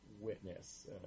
witness